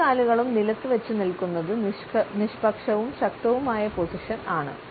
രണ്ട് കാലുകളും നിലത്ത് വച്ച് നിൽക്കുന്നത് നിഷ്പക്ഷവും ശക്തവുമായ പൊസിഷൻ ആണ്